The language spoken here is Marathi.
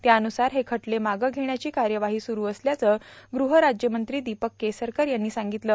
त्यानुसार हे खटले मागं घेण्याची कायवाही सुरु असल्याचं गृह राज्यमंत्री र्दिपक केसरकर यांनी सांगितलं